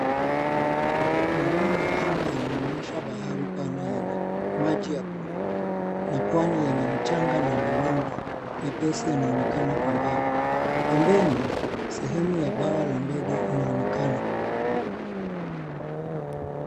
Maoni ya anga yanaonyesha bahari pana yenye maji ya buluu na pwani yenye mchanga na mawimbi mepesi yanaonekana kwa mbali. Pembeni, sehemu ya bawa la ndege linaonekana.